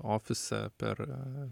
ofise per